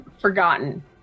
forgotten